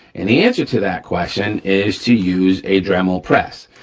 and the answer to that question is to use a dremel press.